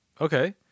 Okay